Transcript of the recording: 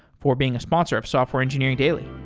for being a sponsor of software engineering daily